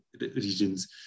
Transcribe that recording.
regions